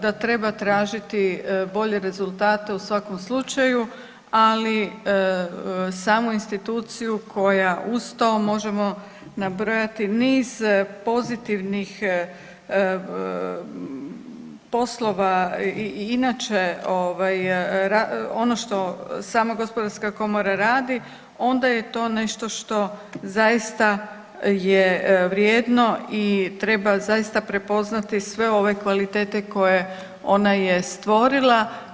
Da treba tražiti bolje rezultate u svakom slučaju, ali samu instituciju koja uz to možemo nabrojati niz pozitivnih poslova i inače ono što sama Gospodarska komora radi onda je to nešto što zaista je vrijedno i treba zaista prepoznati sve ove kvalitete koje je ona stvorila.